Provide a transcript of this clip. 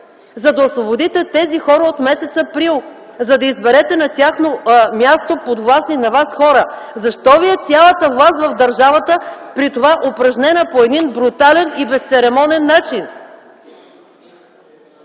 за да освободите тези хора от месец април, за да изберете на тяхно място подвластни на вас хора. Защо Ви е цялата власт в държавата, при това упражнена по брутален и безцеремонен начин?!